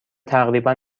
تقریبا